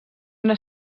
una